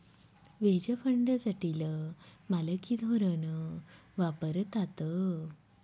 veg fund जटिल मालकी धोरण वापरतात